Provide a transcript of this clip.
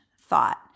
thought